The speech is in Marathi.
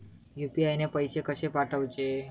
यू.पी.आय ने पैशे कशे पाठवूचे?